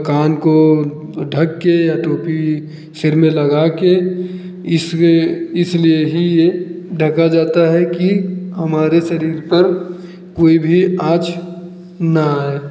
कान को ढक के या टोपी सिर में लगा के इसमें इसलिए ही ये ढका जाता है कि हमारे शरीर पर कोई भी आँच न आए